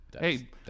Hey